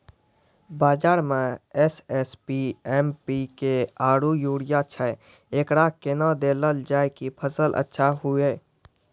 बाजार मे SSP, MPK आरु यूरिया छैय, एकरा कैना देलल जाय कि फसल अच्छा हुये?